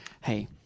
hey